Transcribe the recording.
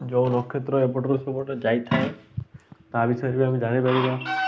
ଯେଉଁ ନକ୍ଷତ୍ର ଏପଟରୁ ସେପଟ ଯାଇଥାଏ ତା' ବିଷୟରେ ବି ଆମେ ଜାଣିପାରିବା